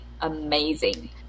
amazing